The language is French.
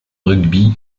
rugby